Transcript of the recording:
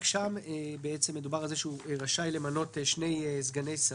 רק שם הוא רשאי למנות שני סגני שרים.